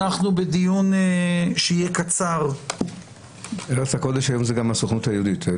אנחנו בדיון שיהיה קצר --- ארץ הקודש היום זה גם הסוכנות היהודית,